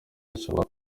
zishobora